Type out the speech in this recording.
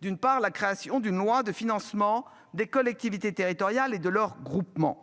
d'une part la création d'une loi de financement des collectivités territoriales et de leurs groupements.